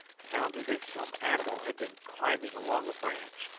sounds as if some animal had been climbing along a branch,